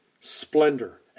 splendor